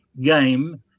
game